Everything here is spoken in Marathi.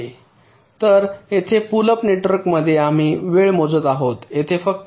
तर येथे पुल अप नेटवर्कमध्ये आम्ही वेळ मोजत आहोत येथे फक्त एकच